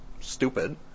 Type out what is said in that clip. stupid